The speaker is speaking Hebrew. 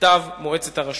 נכתב "מועצת הרשות".